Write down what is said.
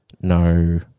no